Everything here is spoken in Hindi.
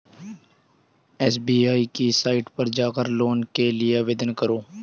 एस.बी.आई की साईट पर जाकर लोन के लिए आवेदन करो